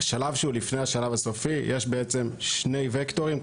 בשלב שהוא לפני השלב הסופי יש בעצם שני וקטורים,